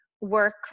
work